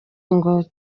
ngo